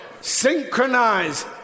synchronize